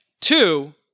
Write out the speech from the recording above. two